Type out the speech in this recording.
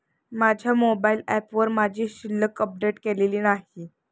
माझ्या मोबाइल ऍपवर माझी शिल्लक अपडेट केलेली नाही